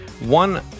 one